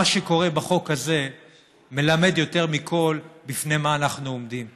מה שקורה בחוק הזה מלמד יותר מכול בפני מה אנחנו עומדים.